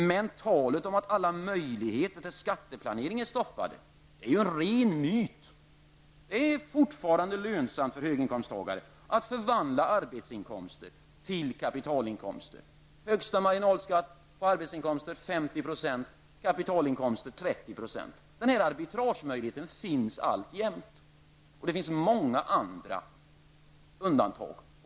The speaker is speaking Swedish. Men talet om att alla möjligheter till skatteplanering är stoppade är en ren myt. Det är fortfarande lönsamt för höginkomsttagare att förvandla arbetsinkomster till kapitalinkomster. Högsta marginalskatten på arbetsinkomster är 50 % medan den är 30 % på kapitalinkomster. Denna arbitragemöjlighet finns alltjämt, och det finns många andra undantag.